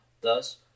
Thus